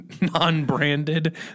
non-branded